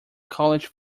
college